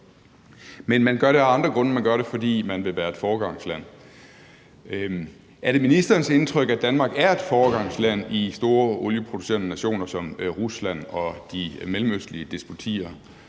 Men man gør det af andre grunde; man gør det, fordi man vil være et foregangsland. Er det ministerens indtryk, at Danmark er et foregangsland i store olieproducerende som Rusland og de mellemøstlige despotier?